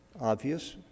obvious